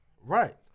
Right